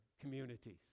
communities